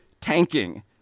tanking